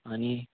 आनी